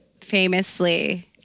famously